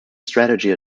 strategy